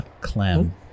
Clem